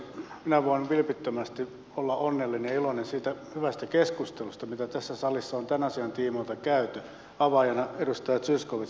minä voin vilpittömästi olla onnellinen ja iloinen siitä hyvästä keskustelusta mitä tässä salissa on tämän asian tiimoilta käyty avaajana edustaja zyskowicz erinomaisella puheenvuorollansa